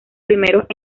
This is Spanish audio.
primeros